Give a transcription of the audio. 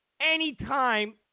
Anytime